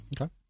Okay